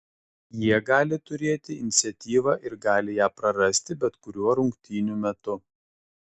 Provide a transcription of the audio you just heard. jie gali turėti iniciatyvą ir gali ją prarasti bet kuriuo rungtynių metu